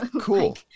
Cool